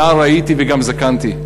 נער הייתי וגם זקנתי,